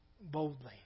boldly